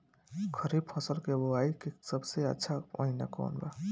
खरीफ फसल के बोआई के सबसे अच्छा महिना कौन बा?